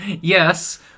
Yes